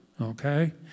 okay